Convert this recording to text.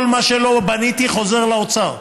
כל מה שלא בניתי חוזר לאוצר.